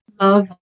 Love